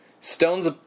Stone's